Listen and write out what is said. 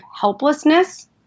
helplessness